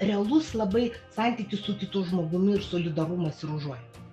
realus labai santykis su kitu žmogumi ir solidarumas ir užuojauta